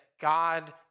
God